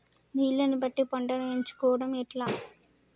నీళ్లని బట్టి పంటను ఎంచుకోవడం ఎట్లా?